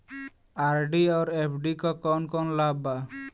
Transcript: RD और FD क कौन कौन लाभ बा?